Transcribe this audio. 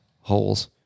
holes